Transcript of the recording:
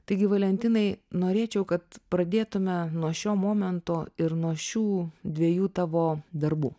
taigi valentinai norėčiau kad pradėtume nuo šio momento ir nuo šių dviejų tavo darbų